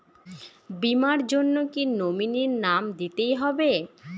বীমার জন্য কি নমিনীর নাম দিতেই হবে?